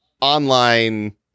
online